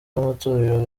b’amatorero